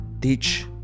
teach